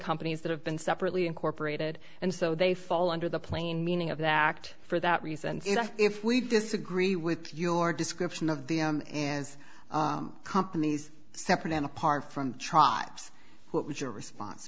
companies that have been separately incorporated and so they fall under the plain meaning of the act for that reason if we disagree with your description of them and companies separate and apart from try what was your response